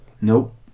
Nope